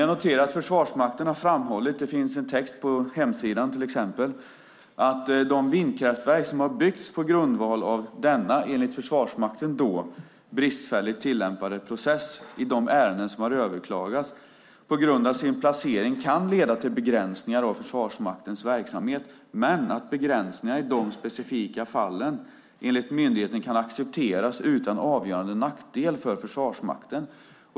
Jag noterar att Försvarsmakten har framhållit, till exempel i en text på hemsidan, att de vindkraftverk som har byggts på grundval av den - enligt Försvarsmakten - bristfälligt tillämpade processen i de ärenden som har överklagats på grund av sin placering kan leda till begränsningar av Försvarsmaktens verksamhet men att begränsningarna i de specifika fallen enligt myndigheten kan accepteras utan avgörande nackdel för Försvarsmakten.